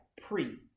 pre